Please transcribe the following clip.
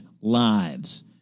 lives